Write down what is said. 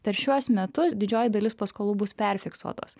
per šiuos metus didžioji dalis paskolų bus perfiksuotos